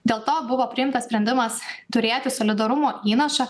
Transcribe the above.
dėl to buvo priimtas sprendimas turėti solidarumo įnašą